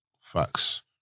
Facts